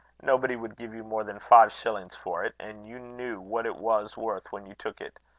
nobody would give you more than five shillings for it. and you knew what it was worth when you took it.